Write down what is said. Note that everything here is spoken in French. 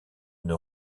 une